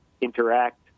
interact